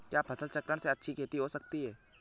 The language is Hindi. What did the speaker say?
क्या फसल चक्रण से अच्छी खेती हो सकती है?